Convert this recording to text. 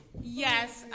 Yes